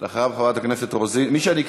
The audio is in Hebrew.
אחריו, חברת הכנסת רוזין.